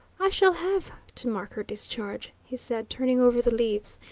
i shall have to mark her discharge, he said, turning over the leaves,